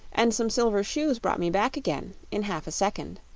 and some silver shoes brought me back again in half a second.